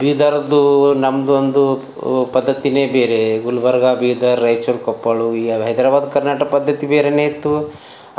ಬೀದರದ್ದು ನಮ್ದೊಂದು ಪದ್ದತಿ ಬೇರೆ ಗುಲ್ಬರ್ಗಾ ಬೀದರ್ ರಾಯಚೂರ್ ಕೊಪ್ಪಳ ಈ ಹೈದರಾಬಾದ್ ಕರ್ನಾಟಕ ಪದ್ದತಿ ಬೇರೆ ಇತ್ತು